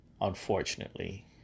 Unfortunately